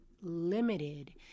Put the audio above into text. limited